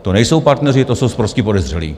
To nejsou partneři, to jsou sprostí podezřelí.